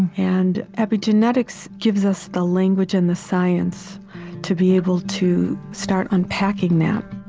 and epigenetics gives us the language and the science to be able to start unpacking that